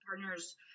partners